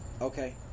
Okay